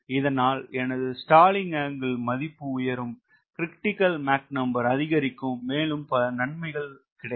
இதனால் எனது stalling angle மதிப்பு உயரும் க்ரிட்டிக்கல் மாக் நம்பர் அதிகரிக்கும் மேலும் பல நன்மைகள் கிடைக்கும்